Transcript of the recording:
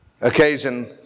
occasion